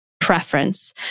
preference